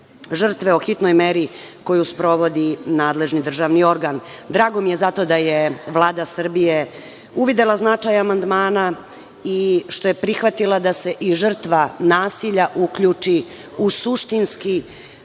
žrtve o hitnoj meri koju sprovodi nadležni državni organ. Drago mi je zato da je Vlada Srbije uvidela značaj amandmana i što je prihvatila da se i žrtva nasilja uključi u suštinski